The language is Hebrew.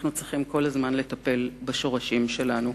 אנחנו צריכים כל הזמן לטפל בשורשים שלנו.